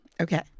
Okay